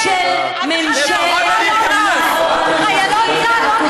אולי תפתחי את הוועדה שלך לחיילות צה"ל?